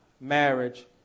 marriage